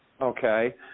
okay